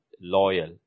loyal